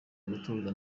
gutuza